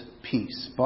Peace